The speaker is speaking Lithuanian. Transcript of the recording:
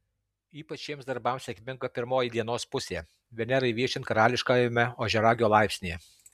ypač šiems darbams sėkminga pirmoji dienos pusė venerai viešint karališkajame ožiaragio laipsnyje